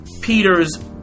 Peter's